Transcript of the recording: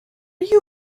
you